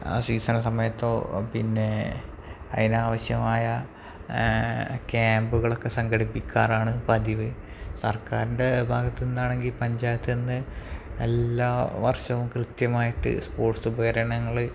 ആ സീസണൽ സമയത്തോ പിന്നെ അതിനാവശ്യമായ ക്യാമ്പുകളൊക്കെ സംഘടിപ്പിക്കാറാണ് പതിവ് സർക്കാറിൻ്റെ ഭാഗത്തു നിന്നാണെങ്കിൽ പഞ്ചായത്തു നിന്നു എല്ലാ വർഷവും കൃത്യമായിട്ട് സ്പോട്ടുസുപകരണങ്ങൾ